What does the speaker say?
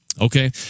Okay